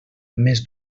més